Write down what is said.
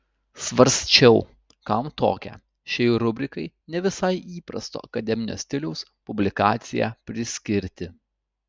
svarsčiau kam tokią šiai rubrikai ne visai įprasto akademinio stiliaus publikaciją priskirti